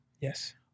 Yes